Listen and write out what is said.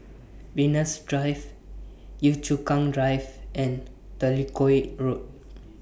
Venus Drive Yio Chu Kang Drive and Jellicoe Road